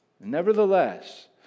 Nevertheless